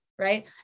right